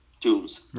tunes